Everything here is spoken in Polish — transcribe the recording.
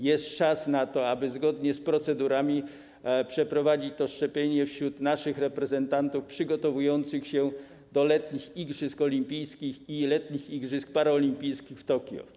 Jest czas na to, aby zgodnie z procedurami przeprowadzić to szczepienie wśród naszych reprezentantów przygotowujących się do letnich igrzysk olimpijskich i letnich igrzysk paraolimpijskich w Tokio.